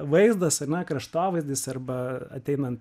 vaizdas ar ne kraštovaizdis arba ateinant